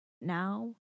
now